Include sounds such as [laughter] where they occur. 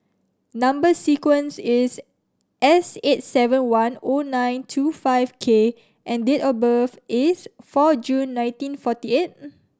number sequence is S eight seven one O nine two five K and date of birth is four June nineteen forty eight [noise]